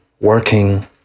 working